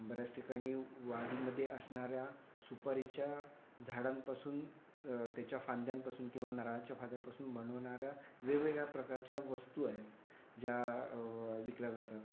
बऱ्याच ठिकाणी वाडीमध्ये असणाऱ्या सुपारीच्या झाडांपासून त्याच्या फांद्यांपासून किंवा नारळाच्या फांद्यापासून बनवणाऱ्या वेगवेगळ्या प्रकारच्या वस्तू आहेत ज्या विकल्या जातात